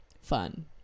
fun